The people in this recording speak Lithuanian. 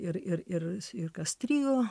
ir ir ir ir kas trio